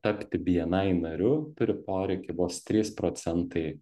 tapti bni nariu turi poreikį vos trys procentai